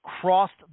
crossed